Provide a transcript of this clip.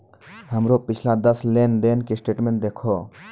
हमरो पिछला दस लेन देन के स्टेटमेंट देहखो